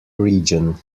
region